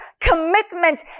commitment